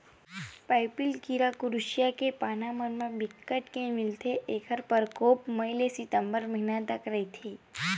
पाइपिला कीरा कुसियार के पाना मन म बिकट के मिलथे ऐखर परकोप मई ले सितंबर महिना तक रहिथे